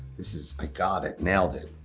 this is, i got it, nailed it.